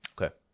Okay